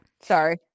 sorry